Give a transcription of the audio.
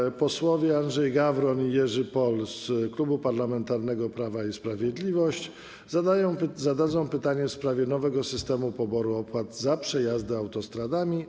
Panowie posłowie Andrzej Gawron i Jerzy Paul z Klubu Parlamentarnego Prawo i Sprawiedliwość zadadzą pytanie w sprawie nowego systemu poboru opłat za przejazdy autostradami.